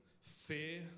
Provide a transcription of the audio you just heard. fear